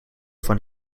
van